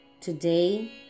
Today